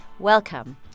Welcome